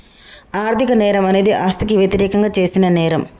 ఆర్థిక నేరం అనేది ఆస్తికి వ్యతిరేకంగా చేసిన నేరం